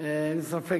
8 יעקב